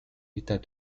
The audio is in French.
état